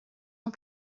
ans